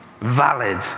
Valid